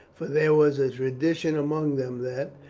for there was a tradition among them that,